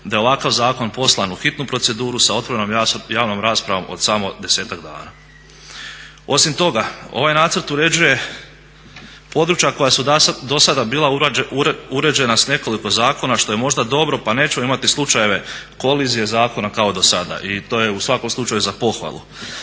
da je ovakav zakon poslan u hitnu proceduru sa otvorenom javnom raspravom od samo 10-ak dana. Osim toga, ovaj nacrt uređuje područja koja su do sada bila uređena sa nekoliko zakona što je možda dobro pa neću imati slučajeve kolizije zakona kao do sada i to je u svakom slučaju za pohvalu.